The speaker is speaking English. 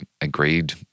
agreed